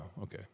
okay